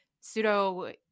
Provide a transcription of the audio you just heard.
pseudo